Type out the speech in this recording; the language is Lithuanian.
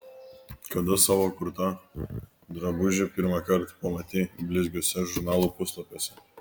kada savo kurtą drabužį pirmą kartą pamatei blizgiuose žurnalų puslapiuose